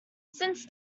since